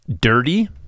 dirty